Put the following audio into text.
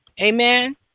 Amen